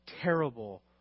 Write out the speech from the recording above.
terrible